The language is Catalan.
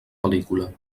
pel·lícula